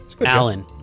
alan